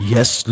Yes